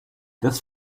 das